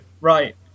Right